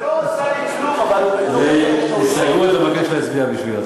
זו ההסתייגות, ואני מבקש להצביע בשבילה.